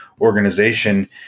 organization